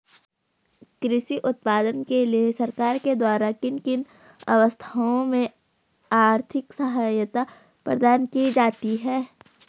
कृषि उत्पादन के लिए सरकार के द्वारा किन किन अवस्थाओं में आर्थिक सहायता प्रदान की जाती है?